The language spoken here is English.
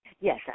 Yes